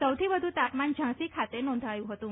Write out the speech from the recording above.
સૌથી વધુ તાપમાન ઝાંસી ખાતે નોંધાયું હતું